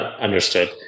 Understood